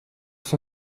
son